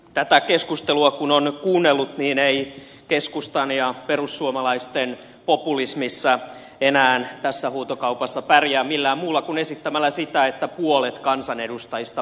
tätä keskustelua kun on kuunnellut niin ei keskustan ja perussuomalaisten populismissa enää tässä huutokaupassa pärjää millään muulla kuin esittämällä sitä että puolet kansanedustajista pois